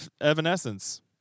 Evanescence